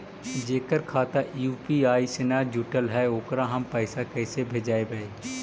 जेकर खाता यु.पी.आई से न जुटल हइ ओकरा हम पैसा कैसे भेजबइ?